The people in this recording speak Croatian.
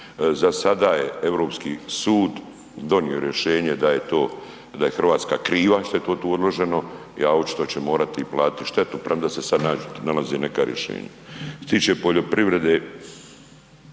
Za sada je Europski sud donio rješenje da je to, da je RH kriva što je to tu odloženo, a očito će morati i platiti štetu premda se sad nalaze neka rješenja.